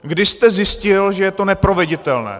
Kdy jste zjistil, že to je neproveditelné?